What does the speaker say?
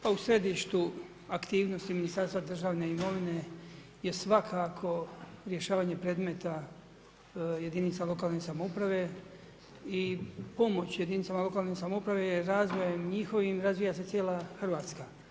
Pa u središtu aktivnosti Ministarstva državne imovine je svakako rješavanje predmeta jedinica lokalne samouprave i pomoć jedinicama lokalne samouprave je razvojem njihovim i razvija se cijela Hrvatska.